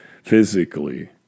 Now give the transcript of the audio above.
physically